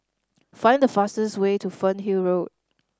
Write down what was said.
find the fastest way to Fernhill Road